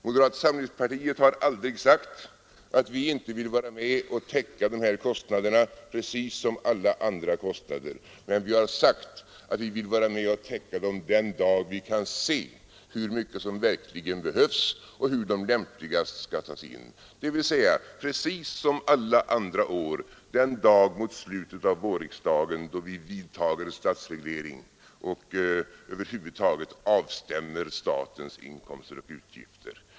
Moderata samlingspartiet har aldrig sagt att vi inte vill vara med och täcka dessa kostnader, precis som alla andra kostnader, men vi har framhållit att vi vill göra det den dag vi kan se hur mycket som verkligen behövs och hur det lämpligast skall tas in, dvs. exakt som alla andra år den dag mot slutet av vårriksdagen då vi vidtar statsreglering och över huvud taget avstämmer statens utgifter och inkomster.